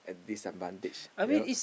and disadvantage you know